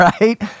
right